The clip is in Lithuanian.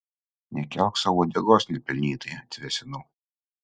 nekelk sau uodegos nepelnytai atvėsinau